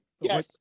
Yes